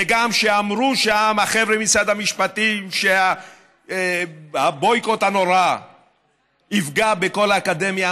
וגם כשאמרו שם החבר'ה ממשרד המשפטים שה-boycott הנורא יפגע בכל האקדמיה,